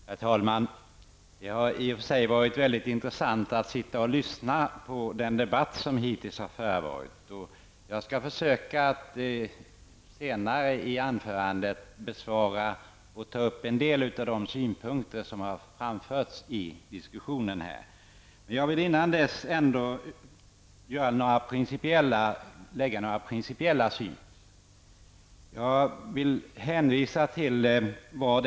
Herr talman! Det har i och för sig varit mycket intressant att sitta och lyssna på den debatt som hittills har förevarit. Jag skall försöka att senare i mitt anförande besvara en del av de frågor och ta upp en del synpunkter som framförts i diskussionen. Men jag vill först framföra några principiella synpunkter.